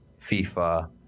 FIFA